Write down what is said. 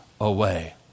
away